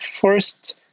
First